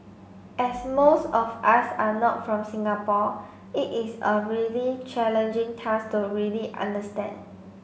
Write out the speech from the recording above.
as most of us are not from Singapore it is a really challenging task to really understand